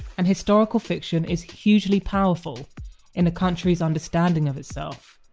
and historical fiction is hugely powerful in a country's understanding of itself.